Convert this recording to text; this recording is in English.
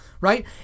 right